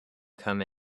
come